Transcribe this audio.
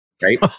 Right